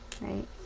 right